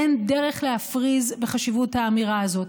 אין דרך להפריז בחשיבות האמירה הזאת.